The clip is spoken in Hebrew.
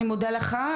אני מודה לך,